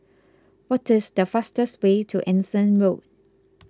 what is the fastest way to Anson Road